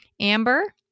Amber